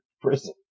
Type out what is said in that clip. prison